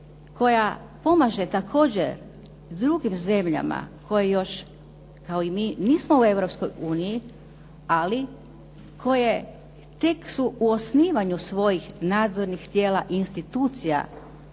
koja pomaže također drugim zemljama koji još, kao i mi, nismo u Europskoj uniji, ali koje tek su u osnivanju svojih nadzornih tijela i institucija